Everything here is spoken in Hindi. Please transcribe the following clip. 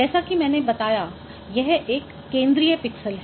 जैसा कि मैंने बताया यह एक केंद्रीय पिक्सेल है